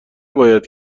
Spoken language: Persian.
باید